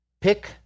Pick